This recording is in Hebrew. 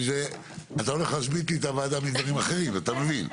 אתה הולך להשבית לי את הוועדה מדברים אחרים אתה מבין?